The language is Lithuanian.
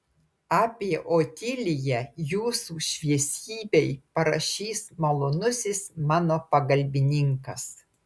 apie otiliją jūsų šviesybei parašys malonusis mano pagalbininkas